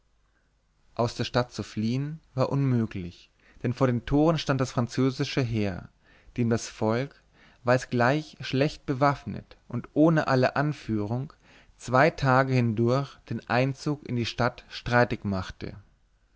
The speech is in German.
aus der stadt zu fliehen war unmöglich denn vor den toren stand das französische heer dem das volk war es gleich schlecht bewaffnet und ohne alle anführung zwei tage hindurch den einzug in die stadt streitig machte